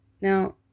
Now